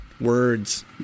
Words